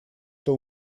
что